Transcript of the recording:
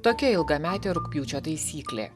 tokia ilgametė rugpjūčio taisyklė